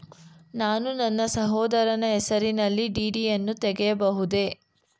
ನಾನು ನನ್ನ ಸಹೋದರನ ಹೆಸರಿನಲ್ಲಿ ಡಿ.ಡಿ ಯನ್ನು ತೆಗೆಯಬಹುದೇ?